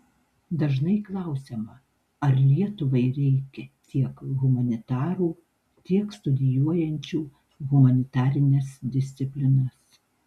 dažnai klausiama ar lietuvai reikia tiek humanitarų tiek studijuojančių humanitarines disciplinas